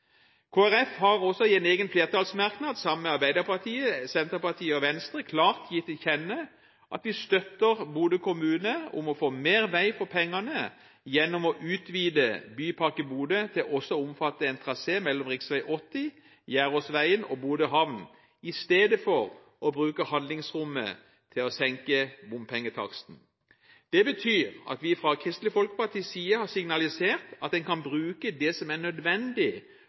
har også – sammen med Arbeiderpartiet, Senterpartiet og Venstre – i en egen flertallsmerknad klart gitt til kjenne at vi støtter Bodø kommune i å få mer vei for pengene gjennom å utvide Bypakke Bodø til også å omfatte en trasé mellom rv. 80/Gjerdåsveien og Bodø havn – i stedet for å bruke handlingsrommet til å senke bompengetaksten. Det betyr at vi fra Kristelig Folkepartis side har signalisert at en av handlingsrommet på ca. 460 mill. kr kan bruke det som